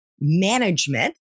management